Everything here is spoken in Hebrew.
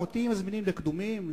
אותי מזמינים לקדומים,